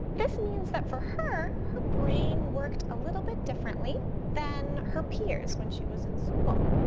this means that for her, her brain worked a little bit differently than her peers when she was in school.